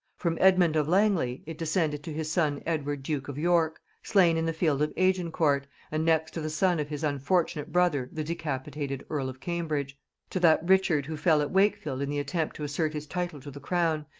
from edmund of langley it descended to his son edward duke of york, slain in the field of agincourt, and next to the son of his unfortunate brother the decapitated earl of cambridge to that richard who fell at wakefield in the attempt to assert his title to the crown,